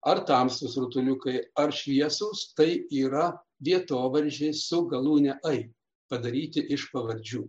ar tamsūs rutuliukai ar šviesūs tai yra vietovardžiai su galūne ai padaryti iš pavardžių